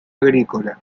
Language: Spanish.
agrícola